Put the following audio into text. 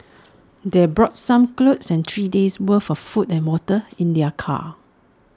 they brought some clothes and three days' worth of food and water in their car